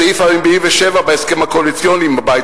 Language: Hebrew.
סעיף 47 להסכם הקואליציוני עם הבית